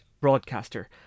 broadcaster